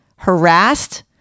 harassed